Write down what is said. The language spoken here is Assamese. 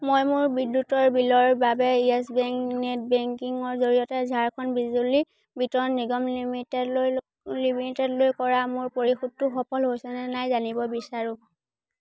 মই মোৰ বিদ্যুতৰ বিলৰ বাবে য়েছ বেংক নেট বেংকিং ৰ জৰিয়তে ঝাৰখণ্ড বিজলী বিতৰণ নিগম লিমিটেডলৈ লিমিটেডলৈ কৰা মোৰ পৰিশোধটো সফল হৈছেনে নাই জানিব বিচাৰোঁ